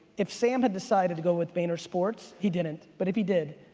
if sam had decided to go with vaynersports, he didn't, but if he did,